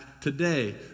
today